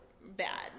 bad